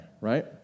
right